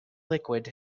liquid